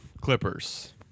Clippers